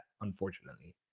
unfortunately